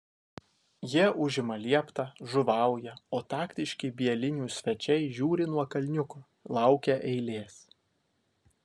jie užima lieptą žuvauja o taktiški bielinių svečiai žiūri nuo kalniuko laukia eilės